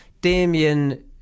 Damien